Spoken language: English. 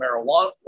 marijuana